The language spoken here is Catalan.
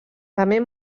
també